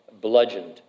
bludgeoned